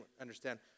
understand